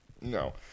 No